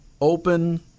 open